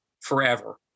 forever